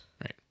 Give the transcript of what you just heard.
Right